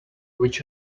which